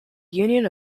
union